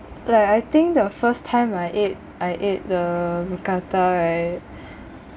like I think the first time I ate I ate the mookata right